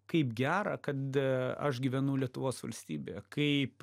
kaip gera kad aš gyvenu lietuvos valstybėje kaip